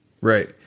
Right